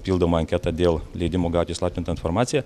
pildoma anketa dėl leidimo gauti įslaptintą informaciją